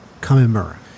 Kamimura